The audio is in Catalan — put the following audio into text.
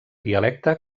dialecte